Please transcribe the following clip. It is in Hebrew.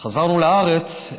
כשחזרנו לארץ,